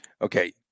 Okay